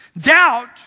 Doubt